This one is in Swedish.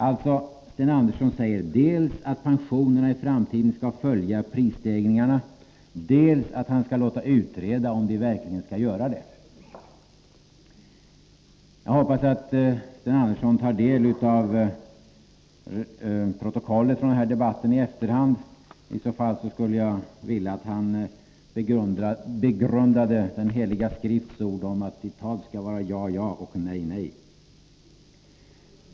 Alltså: Sten Andersson säger dels att pensionerna i framtiden skall följa prisstegringarna, dels att han skall låta utreda om de verkligen skall göra det. Jag hoppas att Sten Andersson tar del av protokollet från den här debatten i efterhand. I så fall skulle jag vilja att han begrundade Den Heliga Skriftens ord om att ditt tal skall vara ja, ja och nej, nej.